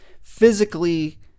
physically